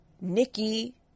Nikki